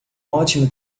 ótimo